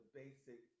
basic